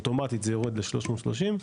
אוטומטית זה יורד ל-330,